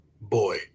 boy